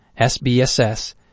SBSS